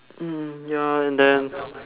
mm ya and then